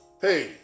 Hey